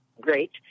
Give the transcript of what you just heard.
great